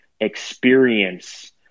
experience